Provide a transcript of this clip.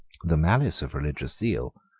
the malice of religious zeal,